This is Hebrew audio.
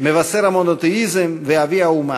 מבשר המונותאיזם ואבי האומה.